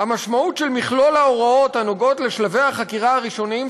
"המשמעות של מכלול ההוראות הנוגעות לשלבי החקירה הראשוניים